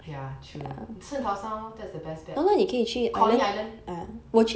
ya 圣淘沙 lor that's the best bet coney island